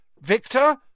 Victor